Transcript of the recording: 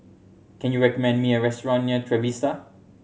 can you recommend me a restaurant near Trevista